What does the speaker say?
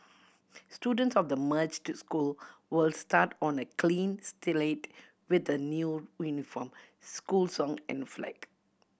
students of the merged school will start on a clean slate with a new uniform school song and flag